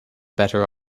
better